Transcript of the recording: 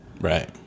Right